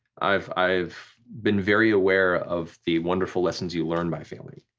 i've i've been very aware of the wonderful lessons you learn by failing,